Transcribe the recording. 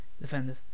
defenders